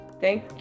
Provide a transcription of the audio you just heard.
thank